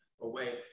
away